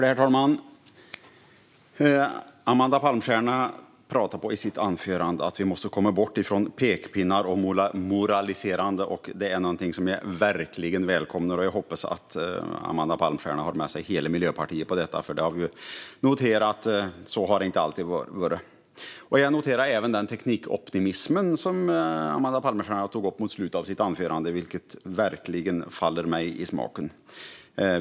Herr talman! Amanda Palmstierna talade i sitt anförande om att vi måste komma bort från pekpinnar och moraliserande. Det är något som jag verkligen välkomnar, och jag hoppas att Amanda Palmstierna har med sig hela Miljöpartiet på detta. Vi har ju noterat att så har det inte alltid varit. Jag noterade även att Amanda Palmstierna tog upp teknikoptimism mot slutet av sitt anförande. Det faller mig verkligen i smaken.